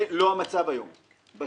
זה לא המצב היום בשטח.